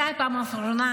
מתי בפעם האחרונה,